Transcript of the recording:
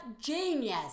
genius